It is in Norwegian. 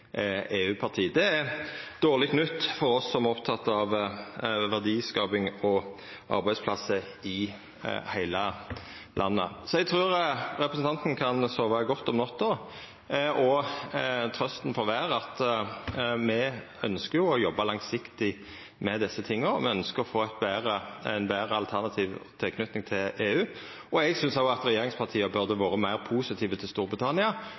Det er dårleg nytt for oss som er opptekne av verdiskaping og arbeidsplassar i heile landet. Så eg trur representanten kan sova godt om natta, og trøysta får vera at me ønskjer å jobba langsiktig med desse tinga. Me ønskjer å få ei betre, alternativ tilknyting til EU. Eg synest òg at regjeringspartia burde vore meir positive til Storbritannia,